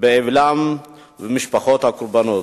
באבלן של משפחות הקורבנות.